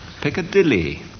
Piccadilly